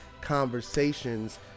conversations